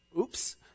Oops